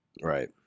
right